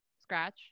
scratch